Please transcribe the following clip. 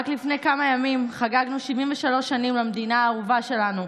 רק לפני כמה ימים חגגנו 73 שנים למדינה האהובה שלנו.